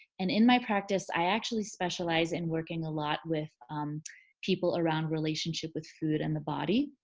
and in my practice i actually specialize in working a lot with people around relationship with food and the body.